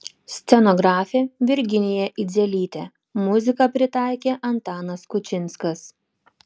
scenografė virginija idzelytė muziką pritaikė antanas kučinskas